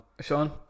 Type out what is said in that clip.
Sean